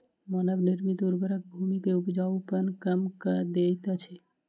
मानव निर्मित उर्वरक भूमि के उपजाऊपन कम कअ दैत अछि